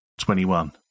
twenty-one